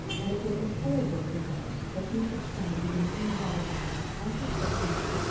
and it was intolerable to her that he should stand within three yards of her unsuspectingly,